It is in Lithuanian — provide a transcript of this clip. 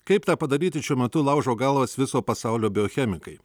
kaip tą padaryti šiuo metu laužo galvas viso pasaulio biochemikai